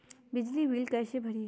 बिजली बिल कैसे भरिए?